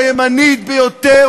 הימנית ביותר,